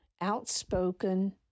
outspoken